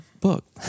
book